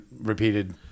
repeated